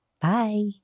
Bye